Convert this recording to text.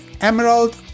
emerald